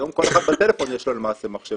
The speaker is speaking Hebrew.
היום לכל אחד בטלפון יש למעשה מחשב,